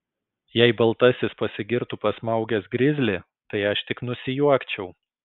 jei baltasis pasigirtų pasmaugęs grizlį tai aš tik nusijuokčiau